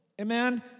amen